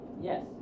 Yes